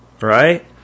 right